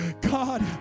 God